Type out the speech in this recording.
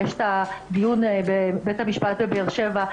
יש את הדיון בבית המשפט בבאר שבע,